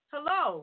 Hello